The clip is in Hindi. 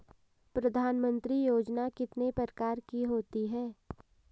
प्रधानमंत्री योजना कितने प्रकार की होती है?